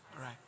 right